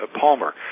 Palmer